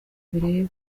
bireba